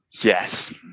Yes